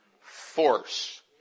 force